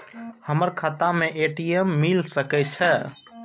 हमर खाता में ए.टी.एम मिल सके छै?